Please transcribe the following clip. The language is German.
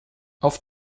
auf